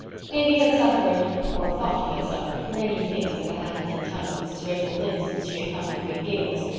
davy had suffered, or thought he had suffered, many things at the hands and tongue of mrs. rachel lynde since she had come to green gables,